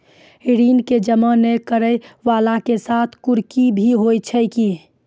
ऋण के जमा नै करैय वाला के साथ कुर्की भी होय छै कि?